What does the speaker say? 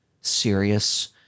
serious